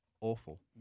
awful